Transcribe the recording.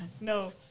no